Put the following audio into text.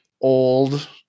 old